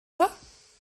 pas